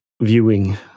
viewing